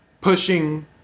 pushing